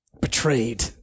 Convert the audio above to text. Betrayed